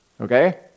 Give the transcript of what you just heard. Okay